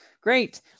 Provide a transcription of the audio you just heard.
Great